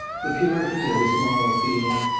the purity of his moral feeling,